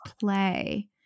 play